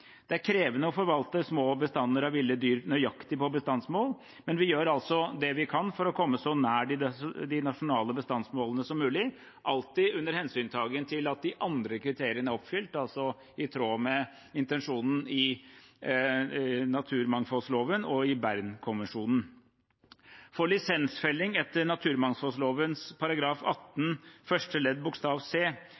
Det er krevende å forvalte små bestander av ville dyr nøyaktig på bestandsmål, men vi gjør altså det vi kan for å komme så nær de nasjonale bestandsmålene som mulig, alltid under hensyntagen til at de andre kriteriene er oppfylt, altså i tråd med intensjonen i naturmangfoldloven og Bernkonvensjonen. For lisensfelling etter naturmangfoldloven § 18